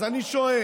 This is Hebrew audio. אז אני שואל: